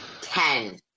Ten